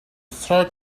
short